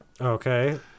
Okay